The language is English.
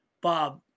Bob